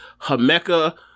Hameka